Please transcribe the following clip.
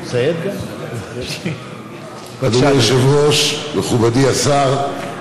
אדוני היושב-ראש, מכובדי השר,